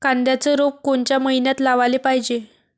कांद्याचं रोप कोनच्या मइन्यात लावाले पायजे?